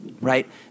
right